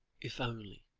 if only